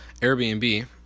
Airbnb